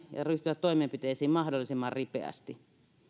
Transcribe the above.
ryhtyä toimenpiteisiin mahdollisimman ripeästi